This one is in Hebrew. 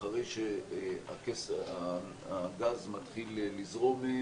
ואחרי שהגז מתחיל לזרום,